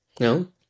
No